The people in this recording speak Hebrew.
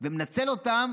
ומנצל אותן